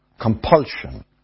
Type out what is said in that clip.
compulsion